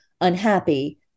unhappy